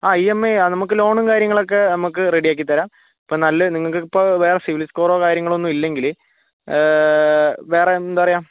ആ E M I ആ നമുക്ക് ലോണും കാര്യങ്ങളൊക്കെ നമുക്ക് റെഡിയാക്കിത്തരാം ഇപ്പോൾ നല്ലത് നിങ്ങൾക്കിപ്പോൾ വേറെ സിബിൽ സ്കോറോ കാര്യങ്ങളോ ഒന്നും ഇല്ലെങ്കിൽ വേറെയെന്താ പറയുക